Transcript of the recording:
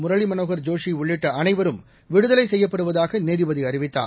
முரளி மனோகர் ஜோஷி உள்ளிட்ட அனைவரும் விடுதலை செய்யப்படுவதாக நீதிபதி அறிவித்தார்